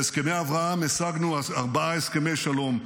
בהסכמי אברהם השגנו ארבעה הסכמי שלום,